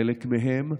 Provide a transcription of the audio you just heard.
חלק מהם,